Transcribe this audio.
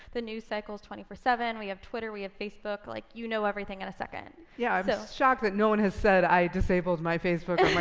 the news cycle's twenty four seven. we have twitter, we have facebook. like you know everything in a second. yeah, i'm yeah shocked that no one has said i disabled my facebook or my